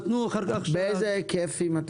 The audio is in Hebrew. אתה ידוע באיזה היקף?